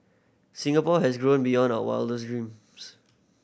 Singapore has grown beyond our wildest dreams